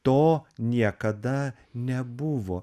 to niekada nebuvo